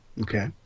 Okay